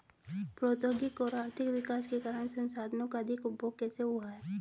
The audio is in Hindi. प्रौद्योगिक और आर्थिक विकास के कारण संसाधानों का अधिक उपभोग कैसे हुआ है?